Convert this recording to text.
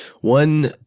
one